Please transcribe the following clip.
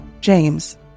James